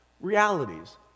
realities